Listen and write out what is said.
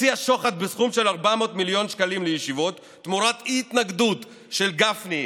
מציע שוחד בסכום של 400 מיליון שקלים לישיבות תמורת אי-התנגדות של גפני,